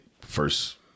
first